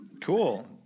Cool